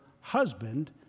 husband